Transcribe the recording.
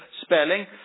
spelling